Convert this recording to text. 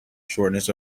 shortness